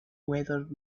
whether